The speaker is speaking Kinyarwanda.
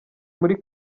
muri